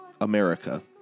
America